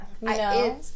No